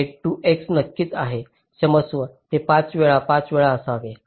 हे 2 X नक्कीच आहे क्षमस्व ते 5 वेळा 5 वेळा असावे